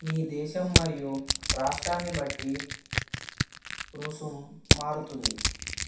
మీ దేశం మరియు రాష్ట్రాన్ని బట్టి రుసుం మారుతుంది